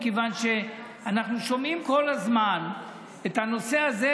מכיוון שאנחנו שומעים כל הזמן את הנושא הזה,